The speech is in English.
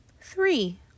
three